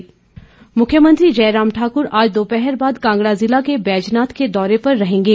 मुख्यमंत्री मुख्यमंत्री जयराम ठाकुर आज दोपहर बाद कांगड़ा जिले के बैजनाथ के दौरे पर रहेंगे